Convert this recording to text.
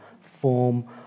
form